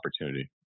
opportunity